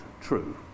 true